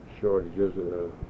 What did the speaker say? shortages